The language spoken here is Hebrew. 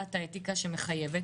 ועדת האתיקה שמחייבת